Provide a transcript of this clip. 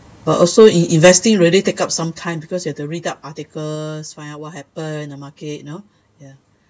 but also in investing really take up some time because you have to read up articles find out what happened in the market you know ya